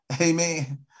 Amen